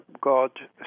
God